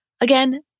Again